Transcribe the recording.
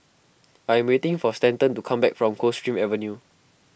I am waiting for Stanton to come back from Coldstream Avenue